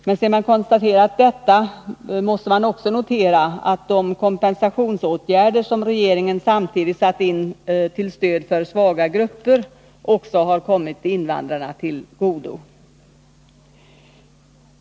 Men sedan man konstaterat detta måste man också notera att de kompensationsåtgärder som regeringen samtidigt satt in till stöd för svaga grupper även har kommit invandrarna till godo.